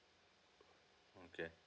okay